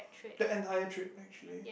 the entire trip actually